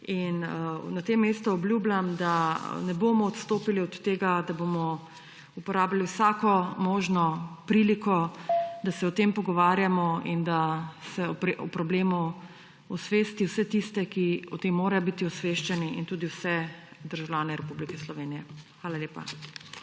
In na tem mestu obljubljam, da ne bomo odstopili od tega, da bomo uporabili vsako možno priliko, da se o tem pogovarjamo in da se o problemu osvesti vse tiste, ki o tem morajo biti osveščeni, in tudi vse državljane Republike Slovenije. Hvala lepa.